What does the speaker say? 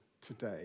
today